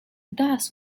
does